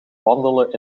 wandelen